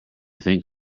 think